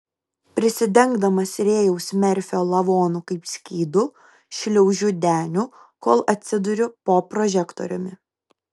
prisidengdamas rėjaus merfio lavonu kaip skydu šliaužiu deniu kol atsiduriu po prožektoriumi